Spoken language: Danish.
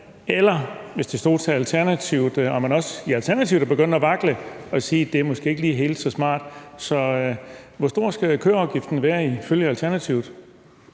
hvor stor den skal være, eller om man også i Alternativet er begyndt at vakle og sige, at det måske ikke lige er helt så smart. Så hvor stor skal kødafgiften være ifølge Alternativet?